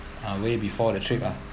ah way before the trip ah